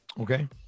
Okay